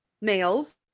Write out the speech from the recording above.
males